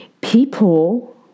People